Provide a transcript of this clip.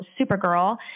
Supergirl